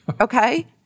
Okay